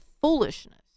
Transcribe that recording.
foolishness